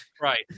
Right